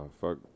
fuck